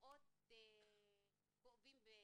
מאוד כואבים,